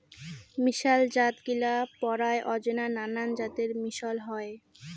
মিশাল জাতগিলা পরায় অজানা নানান জাতের মিশল হই